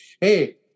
hey